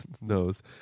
knows